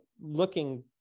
looking